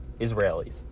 Israelis